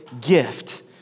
gift